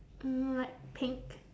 mm like pink